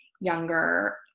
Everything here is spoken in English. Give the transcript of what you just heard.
younger